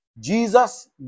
Jesus